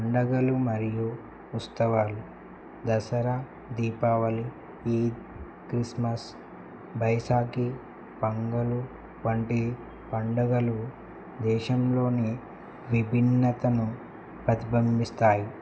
పండగలు మరియు ఉత్సవాలు దసరా దీపావళి ఈద్ క్రిస్మస్ బైసాఖ పండగలు వంటి పండగలు దేశంలోని విభిన్నతను ప్రతిబింబిస్తాయి